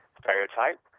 stereotype